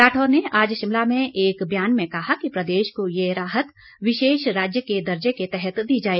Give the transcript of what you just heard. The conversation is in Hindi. राठौर ने आज शिमला में एक बयान में कहा कि प्रदेश को ये राहत विशेष राज्य के दर्जे के तहत दी जाए